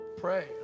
pray